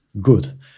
good